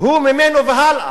הוא ממנו והלאה.